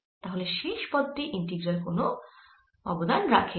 তাহলে শেষ পদ টি ইন্টিগ্রালে কোন অবদান রাখেই না